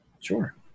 Sure